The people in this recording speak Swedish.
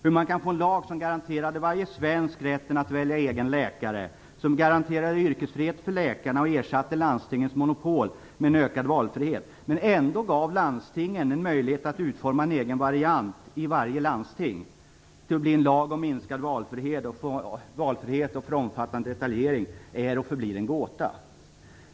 Hur man kan få en lag, som garanterade varje svensk rätten att välja sin egen läkare, som garanterade yrkesfrihet för läkarna och ersatte landstingens monopol med ökad valfrihet och ändå gav landstingen möjlighet att utforma en egen variant i varje landsting, att bli en lag om minskad valfrihet och för omfattande detaljering är och förblir en gåta.